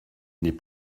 n’est